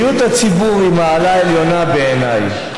בריאות הציבור היא מעלה עליונה בעיניי,